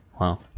Wow